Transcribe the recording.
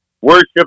Worship